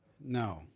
No